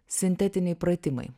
sintetiniai pratimai